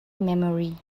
memory